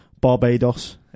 Barbados